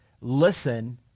listen